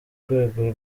rwego